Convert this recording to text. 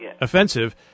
Offensive